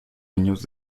años